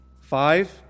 five